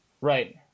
Right